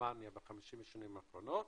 וגרמניה ב-50 השנים האחרונות,